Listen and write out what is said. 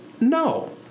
no